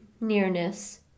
nearness